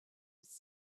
was